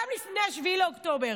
גם לפני 7 באוקטובר.